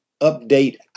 update